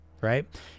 right